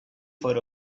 for